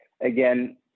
again